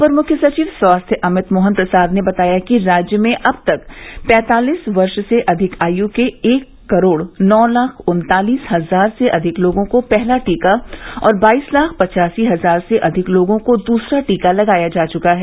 अपर मुख्य सचिव स्वास्थ्य अमित मोहन प्रसाद ने बताया कि राज्य में अब तक पैंतालीस वर्ष से अधिक आयु के एक करोड़ नौ लाख उत्तालीस हजार से अधिक लोगों को पहला टीका और बाइस लाख पचासी हजार से अधिक लोगों को दूसरा टीका लगाया जा चुका है